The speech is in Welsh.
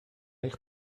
eich